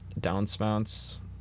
downspouts